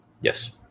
Yes